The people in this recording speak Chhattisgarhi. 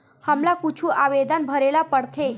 हमला कुछु आवेदन भरेला पढ़थे?